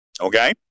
okay